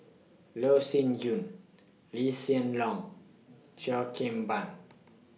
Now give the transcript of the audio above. Loh Sin Yun Lee Hsien Loong Cheo Kim Ban